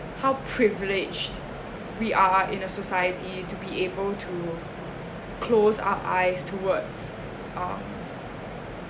how privileged we are in a society to be able to close our eyes towards um